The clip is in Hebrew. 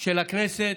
של הכנסת,